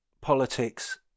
politics